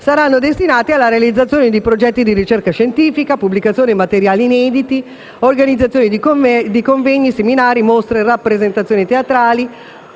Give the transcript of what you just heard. saranno destinati alla realizzazione di progetti di ricerca scientifica, pubblicazione di materiali inediti, organizzazione di convegni, seminari, mostre e rappresentazioni teatrali,